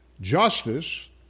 justice